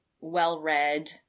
well-read